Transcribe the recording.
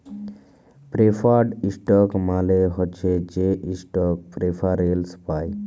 preferred stock মালে হছে সে ইস্টক প্রেফারেল্স পায়